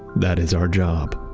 that is our job.